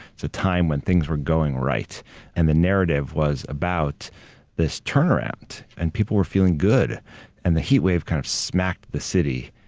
it's a time when things were going right and the narrative was about this turnaround and people were feeling good and the heat wave kind of smacked the city